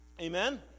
amen